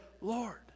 lord